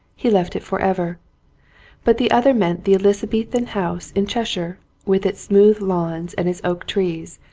he left it for ever but the other meant the elizabethan house in cheshire, with its smooth lawns and its oak trees,